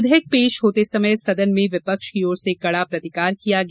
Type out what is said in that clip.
विधेयक पेश होते समय सदन में विपक्ष की ओर से कड़ा प्रतिकार किया गया